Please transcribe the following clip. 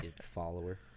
Follower